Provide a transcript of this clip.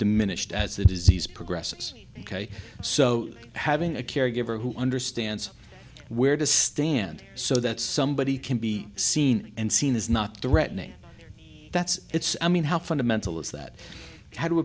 diminished as the disease progresses ok so having a caregiver who understands where to stand so that somebody can be seen and seen as not threatening that's it's i mean how fundamental is that how to